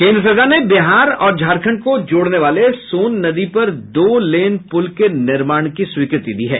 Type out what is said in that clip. केन्द्र सरकार ने बिहार और झारखंड को जोड़ने वाले सोन नदी पर दो लेन पुल के निर्माण की स्वीकृति दी है